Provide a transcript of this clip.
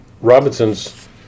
Robinson's